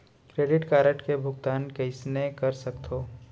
Credit card के भुगतान कईसने कर सकथो?